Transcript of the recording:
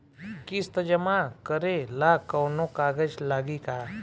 किस्त जमा करे ला कौनो कागज लागी का?